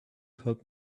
helped